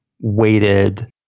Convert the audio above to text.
weighted